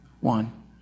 one